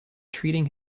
treating